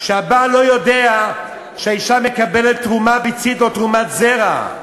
שהבעל לא יודע שהאישה מקבלת תרומת ביצית או תרומת זרע?